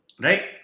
Right